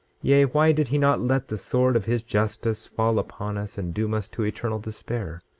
yea, why did he not let the sword of his justice fall upon us, and doom us to eternal despair?